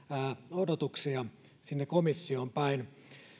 odotuksia sinne komissioon päin